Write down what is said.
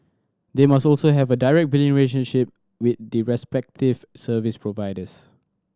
they must also have a direct billing relationship with the respective service providers